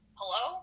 hello